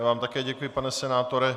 Já vám také děkuji, pane senátore.